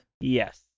yes